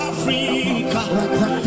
Africa